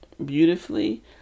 Beautifully